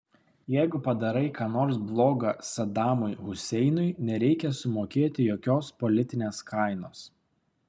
jeigu padarai ką nors bloga sadamui huseinui nereikia sumokėti jokios politinės kainos